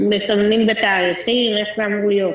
שמסמנים בתאריכים, איך זה אמור להיות?